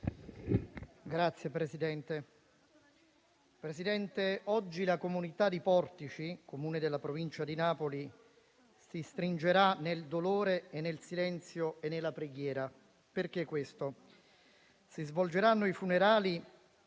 *(M5S)*. Signor Presidente, oggi la comunità di Portici, Comune della provincia di Napoli, si stringerà nel dolore, nel silenzio e nella preghiera, perché si svolgeranno i funerali